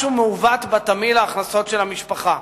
משהו מעוות בתמהיל ההכנסות של המשפחה.